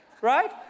right